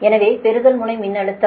எனவே பெறுதல் முனை மின்னழுத்தம் 10